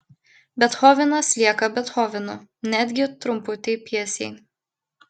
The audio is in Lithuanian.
bethovenas lieka bethovenu netgi trumputėj pjesėj